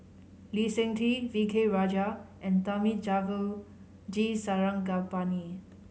Lee Seng Tee V K Rajah and Thamizhavel G Sarangapani